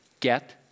Get